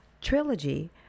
trilogy